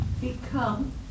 become